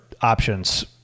options